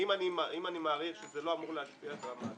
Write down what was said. אני מעריך שזה לא אמור להשפיע דרמטית.